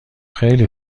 خیلی